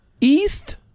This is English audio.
east